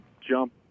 jump